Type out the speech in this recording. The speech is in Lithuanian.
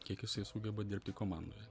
kiek jisai sugeba dirbti komandoje